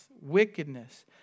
wickedness